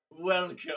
welcome